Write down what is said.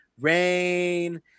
rain